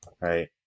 right